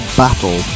battle